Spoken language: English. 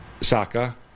Saka